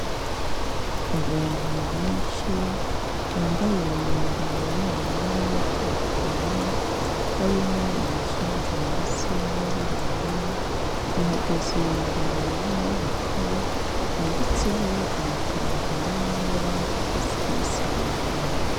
Abantu benshi bambaye imyambaro yo mu mabara atandukanye, harimo abazungu ndetse n'abirabura, bahagaze imbere y'inyubako yanditseho amagambo yo mu ibara ry'icyatsi kibisi hejuru.